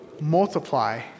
multiply